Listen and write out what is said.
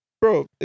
bro